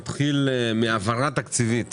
נתחיל בהעברה תקציבית